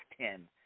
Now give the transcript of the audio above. ten